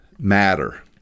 Matter